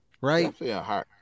right